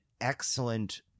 excellent